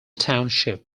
township